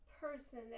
person